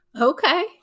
Okay